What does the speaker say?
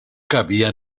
cabía